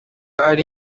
ari